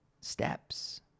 steps